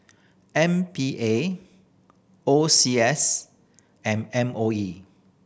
M P A O C S and M O E